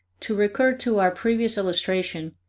to recur to our previous illustration,